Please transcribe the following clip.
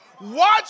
watch